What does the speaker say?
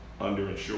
underinsured